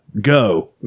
go